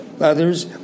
others